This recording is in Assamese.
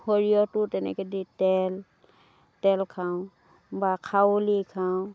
সৰিয়হটোও তেনেকৈ দি তেল তেল খাওঁ বা খাৰলি খাওঁ